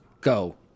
Go